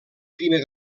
primer